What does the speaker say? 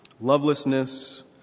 lovelessness